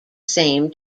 same